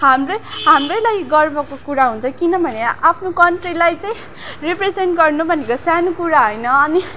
हाम्रै हाम्रैलागि गर्वको कुरा हुन्छ किनभने आफ्नो कन्ट्रीलाई चाहिँ रिप्रेजेन्ट गर्नु भनेको सानो कुरा होइन अनि